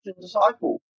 disciple